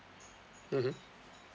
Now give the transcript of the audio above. mmhmm